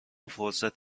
فرصت